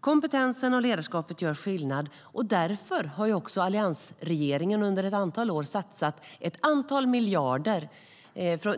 Kompetensen och ledarskapet gör skillnad. Därför har alliansregeringen under ett antal år satsat ett antal miljarder på detta.